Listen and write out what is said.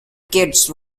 kids